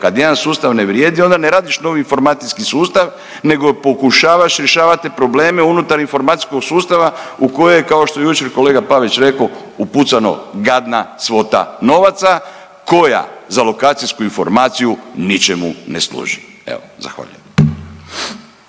kad jedan sustav ne vrijedi onda ne radiš novi informacijski sustav nego pokušavaš rješavati probleme unutar informacijskog sustava u kojoj kao što je jučer kolega Pavić rekao upucano gadna svota novaca koja za lokacijsku informaciju ničemu ne služi. Evo, zahvaljujem.